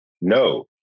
no